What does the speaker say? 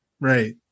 Right